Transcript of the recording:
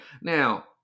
now